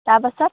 তাৰপাছত